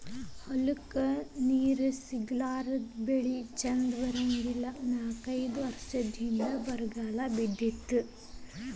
ಹೊಲಕ್ಕ ನೇರ ಸಿಗಲಾರದ ಬೆಳಿ ಚಂದ ಬರಂಗಿಲ್ಲಾ ನಾಕೈದ ವರಸದ ಹಿಂದ ಬರಗಾಲ ಬಿದ್ದಿತ್ತ